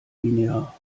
linear